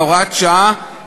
את הוראת השעה,